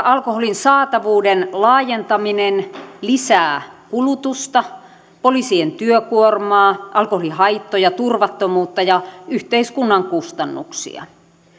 alkoholin saatavuuden laajentaminen lisää kulutusta poliisien työkuormaa alkoholihaittoja turvattomuutta ja yhteiskunnan kustannuksia